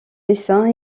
dessins